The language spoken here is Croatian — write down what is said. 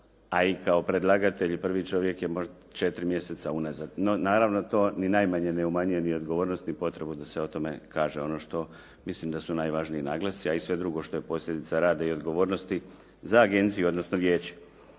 a i kao predlagatelj je 4 mjeseca unazad. No naravno to ni najmanje ne umanjuje ni odgovornost ni potrebu da se o tome kaže mislim da su najvažniji naglasci, a i sve drugo što je posljedica rada i odgovornosti za agenciju, odnosno vijeće.